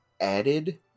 added